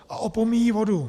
A opomíjí vodu.